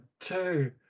two